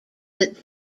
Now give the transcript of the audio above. that